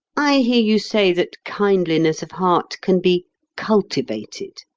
i hear you say that kindliness of heart can be cultivated.